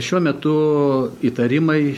šiuo metu įtarimai